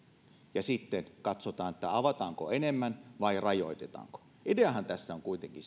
ja sitten katsotaan avataanko enemmän vai rajoitetaanko ideahan tässä on kuitenkin